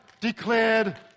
declared